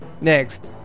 Next